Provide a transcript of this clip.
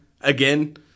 Again